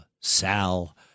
Sal